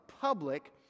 public